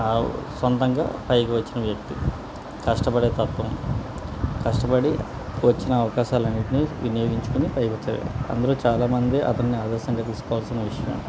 సొంతంగా పైకి వచ్చిన వ్యక్తి కష్టపడే తత్వం కష్టపడి వచ్చిన అవకాశాలన్నిటిని వినియోగించుకొని పైకి వచ్చారు అందులో చాలామంది అతని ఆదర్శంగా తీసుకోవాల్సిన విషయం